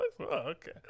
okay